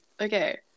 Okay